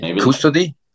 Custody